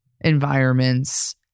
environments